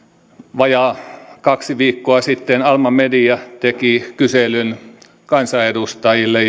vajaat kaksi viikkoa sitten alma media teki kyselyn kansanedustajille